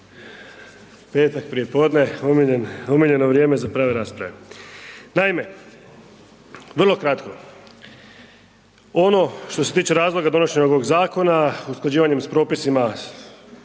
Petak prijepodne, omiljen, omiljeno vrijeme za prave rasprave. Naime, vrlo kratko. Ono što se tiče razloga donošenja ovog zakona usklađivanjem s propisima